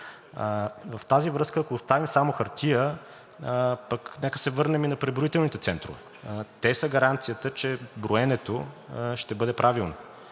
В тази връзка, ако оставим само хартията, нека да се върнем и на преброителните центрове. Те са гаранцията, че броенето ще бъде правилно,